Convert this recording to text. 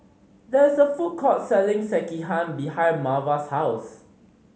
there is a food court selling Sekihan behind Marva's house